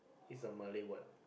is a Malay word ah